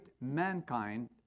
mankind